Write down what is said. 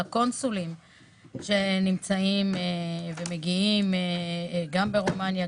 הקונסולים שנמצאים ומגיעים גם ברומניה,